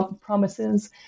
promises